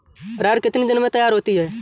अरहर कितनी दिन में तैयार होती है?